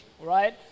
right